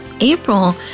April